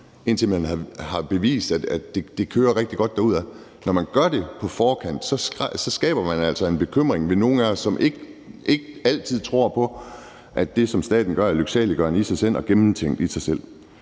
til man har bevist, at det kører rigtig godt derude? Når man gør det på forkant, skaber man altså en bekymring hos nogle af os, som ikke altid tror på, at det, som staten gør, er lyksaliggørende i sig selv og gennemtænkt i sig selv.